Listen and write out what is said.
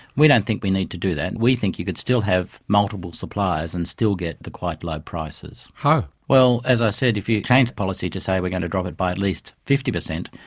we don't think we need to do that. we think you could still have multiple suppliers and still get the quite low prices. how? well, as i said, if you change the policy to say we're going to drop it by at least fifty percent,